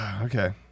okay